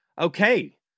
okay